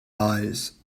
eyes